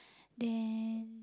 then